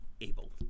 able